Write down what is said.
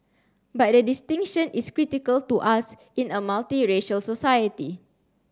but the distinction is critical to us in a multiracial society